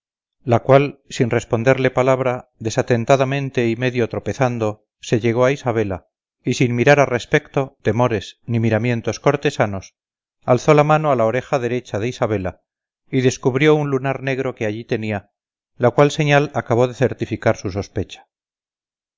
la cual sin responderle palabra desatentadamente y medio tropezando se llegó a isabela y sin mirar a respecto temores ni miramientos cortesanos alzó la mano a la oreja derecha de isabela y descubrió un lunar negro que allí tenía la cual señal acabó de certificar su sospecha